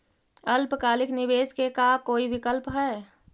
अल्पकालिक निवेश के का कोई विकल्प है?